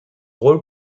rôle